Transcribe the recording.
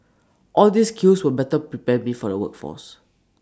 all these skills will better prepare me for the workforce